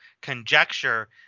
conjecture